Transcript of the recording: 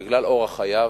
בגלל אורח חייו,